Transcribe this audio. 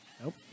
Nope